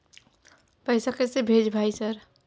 पैसा कैसे भेज भाई सर?